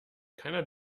keiner